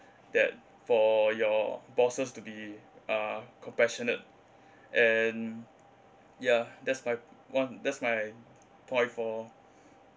that for your bosses to be uh compassionate and ya that's my one of that's my point for